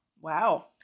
Wow